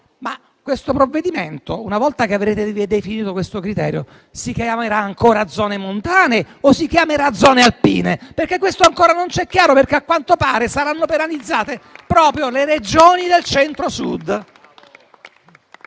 se questo provvedimento, una volta che avrete definito il suddetto criterio, si chiamerà ancora "zone montane" oppure si chiamerà "zone alpine". Questo ancora non ci è chiaro, perché, a quanto pare, saranno penalizzate proprio le Regioni del Centro-Sud.